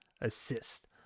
assist